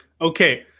Okay